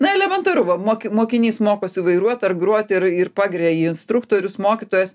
na elementaru va moki mokinys mokosi vairuot ar grot ir ir pagiria jį instruktorius mokytojas